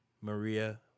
Maria